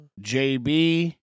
JB